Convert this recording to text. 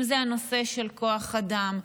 אם זה הנושא של כוח אדם,